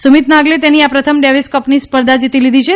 સુમિત નાગલે તેની આ પ્રથમ ડેવીસ કપની સ્પર્ધા જીતી લીધી છે